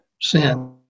sin